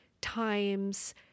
times